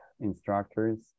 instructors